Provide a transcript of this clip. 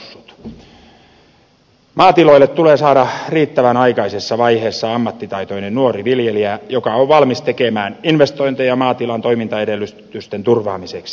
maatiloille tulee saada riittävän aikaisessa vaiheessa ammattitaitoinen nuori viljelijä joka on valmis tekemään investointeja maatilan toimintaedellytysten turvaamiseksi